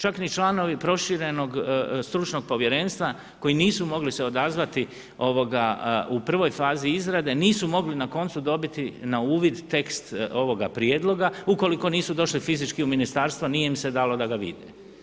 Čak ni članovi proširenog stručnog povjerenstva koji nisu mogli se odazvati u prvoj fazi izrade nisu mogli na koncu dobiti na uvid tekst ovoga prijedloga u koliko se nisu došli fizički u ministarstvo nije im se dalo da ga vide.